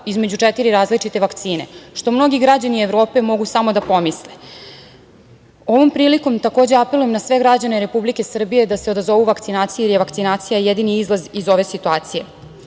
između četiri različite vakcine, što mnogi građani Evrope mogu samo da pomisle. Ovom prilikom takođe apelujem na sve građane Republike Srbije da se odazovu vakcinaciji, jer je vakcinacija jedini izlaz iz ove situacije.A